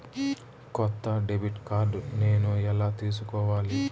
కొత్త debit card నేను ఎలా తీసుకోవాలి?